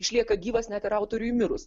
išlieka gyvas net ir autoriui mirus